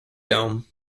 dome